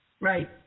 Right